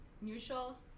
neutral